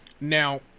Now